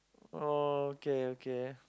oh okay okay